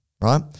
right